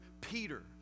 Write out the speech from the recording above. Peter